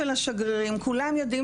שגרירים.